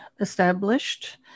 established